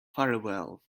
farewell